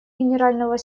генерального